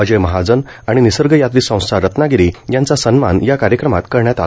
अजय महाजन आणि निसर्गयात्री संस्था रत्नागिरी यांचा सन्मान या कार्यक्रमात करण्यात आला